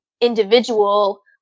individual